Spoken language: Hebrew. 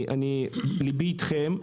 לבי איתכם,